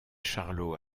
charlot